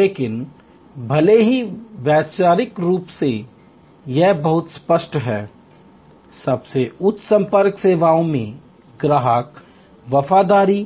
लेकिन भले ही वैचारिक रूप से यह बहुत स्पष्ट है सबसे उच्च संपर्क सेवाओं में ग्राहक वफादारी